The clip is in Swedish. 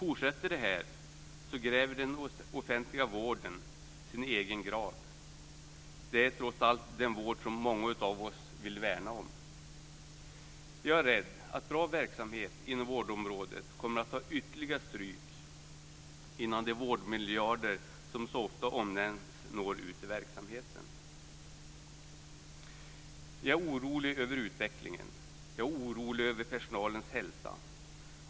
Om det här fortsätter gräver den offentliga vården sin egen grav. Det är trots allt den vård som många av oss vill värna. Jag är rädd för att bra verksamhet inom vårdområdet kommer att ta ytterligare stryk innan de vårdmiljarder som så ofta omnämns når ut i verksamheten. Jag är orolig över utvecklingen. Jag är orolig över personalens hälsa.